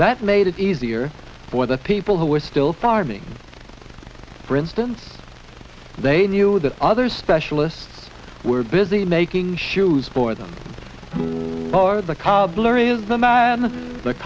that made it easier for the people who were still farming for instance they knew that other specialists were busy making shoes for them or the